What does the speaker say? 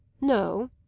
No